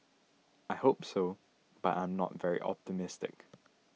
I hope so but I am not very optimistic